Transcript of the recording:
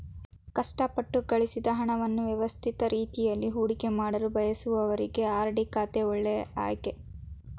ಕಷ್ಟಪಟ್ಟು ಗಳಿಸಿದ ಹಣವನ್ನು ವ್ಯವಸ್ಥಿತ ರೀತಿಯಲ್ಲಿ ಹೂಡಿಕೆಮಾಡಲು ಬಯಸುವವರಿಗೆ ಆರ್.ಡಿ ಖಾತೆ ಒಳ್ಳೆ ಆಯ್ಕೆ